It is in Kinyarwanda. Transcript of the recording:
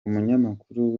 umunyamakuru